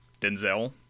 Denzel